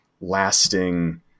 lasting